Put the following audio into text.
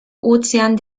ozean